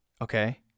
okay